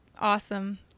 awesome